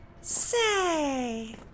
Say